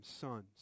sons